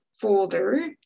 folder